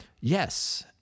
Yes